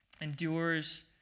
endures